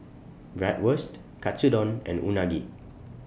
Bratwurst Katsudon and Unagi